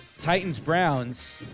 Titans-Browns